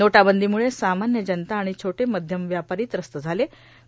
नोटाबंदांमुळे सामान्य जनता आण छोटे मध्यम व्यापारां त्रस्त झालेत